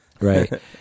Right